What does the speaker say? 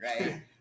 right